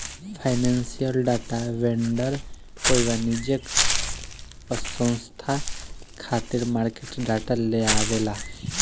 financial data vendor कोई वाणिज्यिक पसंस्था खातिर मार्केट डाटा लेआवेला